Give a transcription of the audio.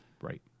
Right